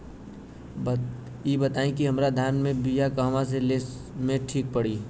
इ बताईं की हमरा धान के बिया कहवा से लेला मे ठीक पड़ी?